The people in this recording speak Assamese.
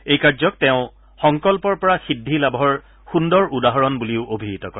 এই কাৰ্যক তেওঁ সংকল্পৰ পৰা সিদ্ধি লাভৰ সুন্দৰ উদাহৰণ বুলিও অভিহিত কৰে